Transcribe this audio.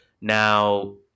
Now